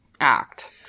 act